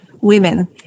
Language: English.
women